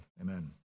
Amen